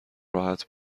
راحت